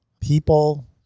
people